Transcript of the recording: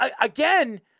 again